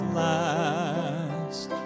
last